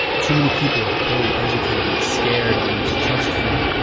too many people are poorly educated, scared, and mistrustful.